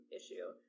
issue